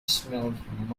smelled